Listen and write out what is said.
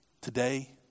Today